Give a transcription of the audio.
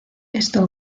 esto